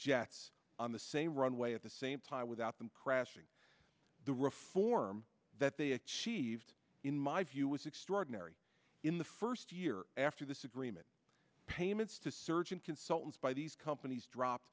jets on the same runway at the same time without them crashing the reform that they achieved in my view was extraordinary in the first year after this agreement payments to surgeon consultants by these companies drop